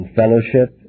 fellowship